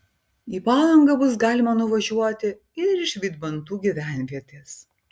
į palangą bus galima nuvažiuoti ir iš vydmantų gyvenvietės